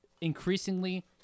increasingly